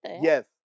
Yes